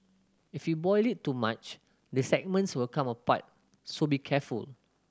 if you boil it too much the segments will come apart so be careful